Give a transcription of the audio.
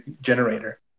generator